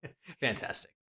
Fantastic